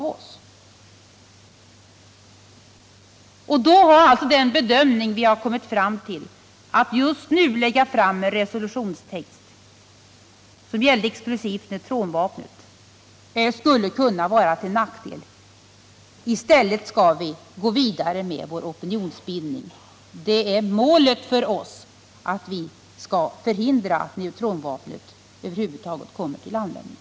I den bedömningen har vi kommit fram till att det skulle kunna vara till nackdel att just nu lägga fram en resolutionstext som exklusivt gällde neutronvapnet. I stället skall vi gå vidare med vår opinionsbildning. Målet för oss är att förhindra att neutronvapnet över huvud taget kommer till användning.